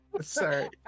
Sorry